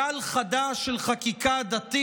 חבר הכנסת גלעד קריב,